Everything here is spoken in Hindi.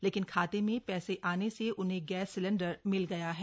लेकिन खाते में पैसे आने से उन्हें गैस सिलेंडर मिल गया है